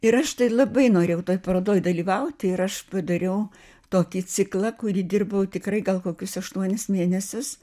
ir aš tai labai norėjau toj parodoj dalyvauti ir aš padariau tokį ciklą kurį dirbau tikrai gal kokius aštuonis mėnesius